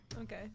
Okay